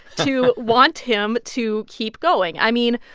to want him to keep going. i mean,